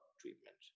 treatment